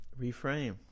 reframe